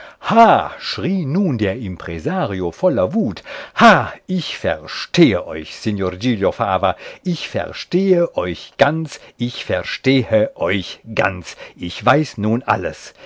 nun der impresario voller wut ha ich verstehe euch signor giglio fava ich verstehe euch ganz ich verstehe euch ganz ich weiß nun alles